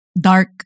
Dark